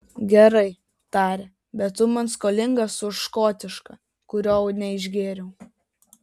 gerai tarė bet tu man skolingas už škotišką kurio neišgėriau